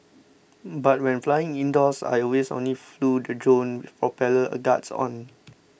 but when flying indoors I always only flew the drone for propeller guards on